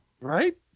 Right